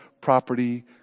property